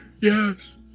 yes